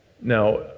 Now